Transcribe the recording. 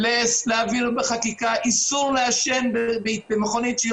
זאת היא מחויבותנו בבית המחוקקים.